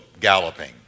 galloping